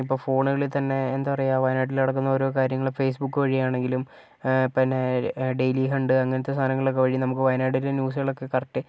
ഇപ്പൊൾ ഫോണുകളിൽ തന്നെ എന്താ പറയുക വയനാട്ടിൽ നടക്കുന്ന ഓരോ കാര്യങ്ങള് ഫേസ്ബുക്ക് വഴിയാണെങ്കിലും ആഹ് പിന്നെ ഡെയിലിഹണ്ട് അങ്ങനത്തെ സാധനങ്ങളൊക്കെ വഴി നമുക്ക് വായനാടിലെ ന്യൂസുകളൊക്കെ കറക്റ്റ്